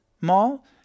mall